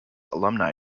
alumni